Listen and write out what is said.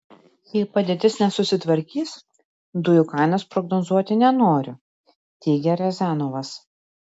jei padėtis nesusitvarkys dujų kainos prognozuoti nenoriu teigia riazanovas